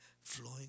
flowing